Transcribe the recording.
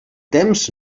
temps